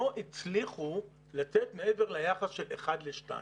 לא הצליחו לתת מעבר ליחס של אחד לשניים.